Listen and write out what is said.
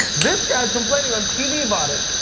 this guy is complaining on tv about it,